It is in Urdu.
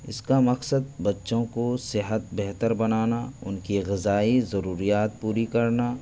اس کا مقصد بچوں کو صحت بہتر بنانا ان کی غذائی ضروریات پوری کرنا